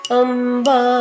amba